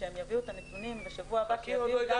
כשהם יביאו את הנתונים בשבוע הבא שיביאו